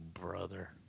brother